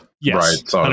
Yes